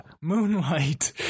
Moonlight